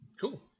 Cool